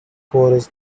chorus